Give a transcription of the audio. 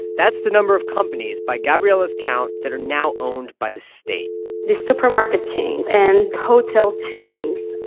that's the number of companies, by gabriela's count, that are now owned by the state the supermarket chains and hotel chains,